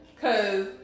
cause